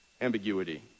ambiguity